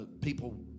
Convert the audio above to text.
people